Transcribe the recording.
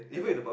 and uh